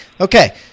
Okay